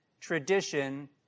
tradition